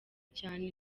cyane